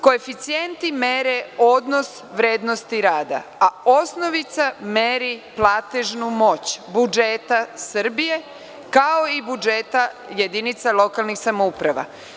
Koeficijenti mere odnos vrednosti rada, a osnovica meri platežnu moć budžeta Srbije, kao i budžeta jedinica lokalnih samouprava.